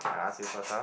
okay I ask you first ah